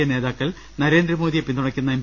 A നേതാക്കൾ നരേന്ദ്രമോദിയെ പിന്തുണക്കുന്ന എം